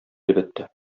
әлбәттә